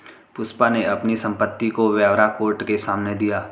पुष्पा ने अपनी संपत्ति का ब्यौरा कोर्ट के सामने दिया